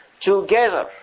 together